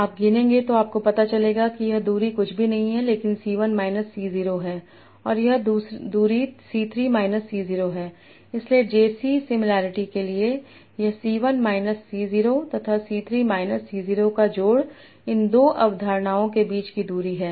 आप गिनेंगे तो आपको पता चलेगा कि यह दूरी कुछ भी नहीं है लेकिन c 1 माइनस c 0 है और यह दूरी c 3 माइनस c 0 है इसलिए जे सी सिमिलॅरिटी के लिए यह c 1 माइनस c 0 तथा c 3 माइनस c 0 का जोड़ इन दो अवधारणाओं के बीच की दूरी है